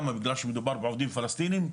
למה בגלל שמדובר בעובדים פלסטינים?